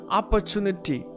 opportunity